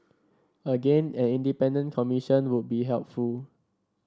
again an independent commission would be helpful